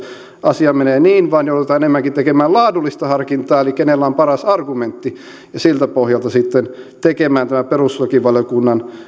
asia menee niin vaan joudutaan enemmänkin tekemään laadullista harkintaa eli siltä pohjalta kenellä on paras argumentti sitten tekemään tämä perustuslakivaliokunnan